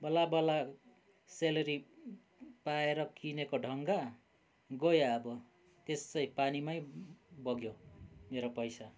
बल्लबल्ल सेलेरी पाएर किनेको ढङ्ग गयो अब त्यसै पानीमै बग्यो मेरो पैसा